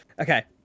Okay